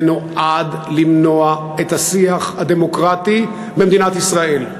זה נועד למנוע את השיח הדמוקרטי במדינת ישראל.